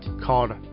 called